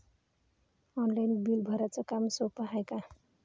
Online bill भराच काम सोपं हाय का?